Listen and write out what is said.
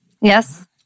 Yes